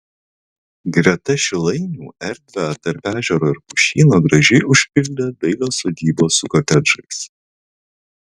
greta šilainių erdvę tarp ežero ir pušyno gražiai užpildė dailios sodybos su kotedžais